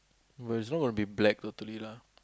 but is not gonna be black totally lah